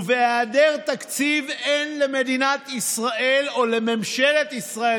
בהיעדר תקציב אין למדינת ישראל או לממשלת ישראל,